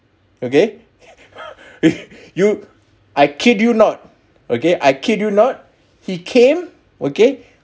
okay you I kid you not okay I kid you not he came okay